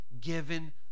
given